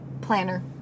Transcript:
Planner